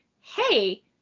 hey